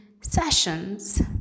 sessions